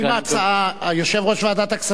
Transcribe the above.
יושב-ראש ועדת הכספים,